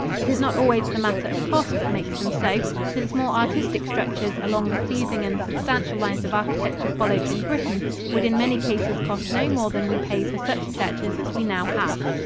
it is not always the matter of cost that makes them so, since more artistic structures along the pleasing and substantial lines of architecture followed in britain would in many cases cost no more than we pay for such churches as we now have.